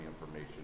information